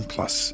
Plus